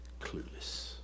clueless